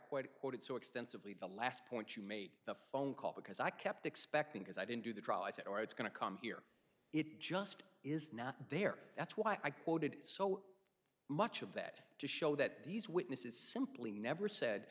quoted so extensively the last point you made the phone call because i kept expecting because i didn't do the trial i said or it's going to come here it just is not there that's why i quoted it so much of that to show that these witnesses simply never said